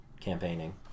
campaigning